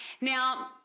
Now